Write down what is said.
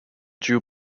jew